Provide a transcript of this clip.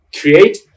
create